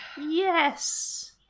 Yes